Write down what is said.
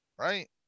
right